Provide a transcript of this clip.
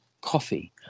coffee